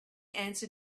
answer